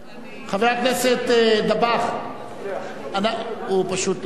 חבר הכנסת דבאח, הוא פשוט לא,